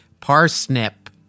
Parsnip